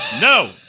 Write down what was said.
No